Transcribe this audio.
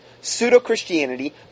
pseudo-Christianity